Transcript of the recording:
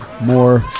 more